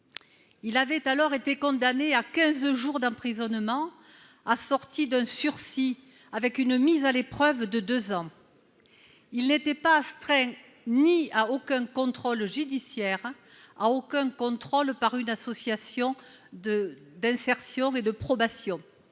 Il avait alors été condamné à quinze jours d'emprisonnement, assortis d'un sursis avec mise à l'épreuve de deux ans. Il n'était astreint à aucun contrôle judiciaire, à aucun contrôle par un service d'insertion et de probation.